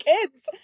kids